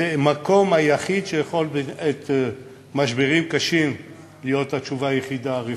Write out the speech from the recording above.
המקום היחיד שיכול במשברים קשים להיות התשובה הרפואית.